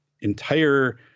entire